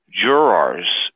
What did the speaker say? jurors